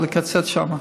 לקצץ שם.